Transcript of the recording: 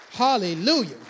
Hallelujah